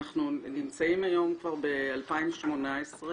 אנחנו נמצאים היום ב-2018,